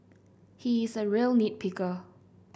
he is a real nit picker